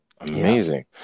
Amazing